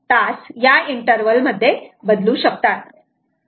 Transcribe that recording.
5hrs या interval मध्ये बदलू शकतात